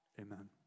Amen